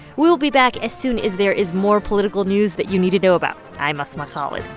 we'll be back as soon as there is more political news that you need to know about. i'm asma khalid.